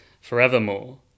forevermore